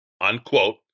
unquote